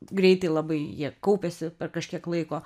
greitai labai jie kaupiasi per kažkiek laiko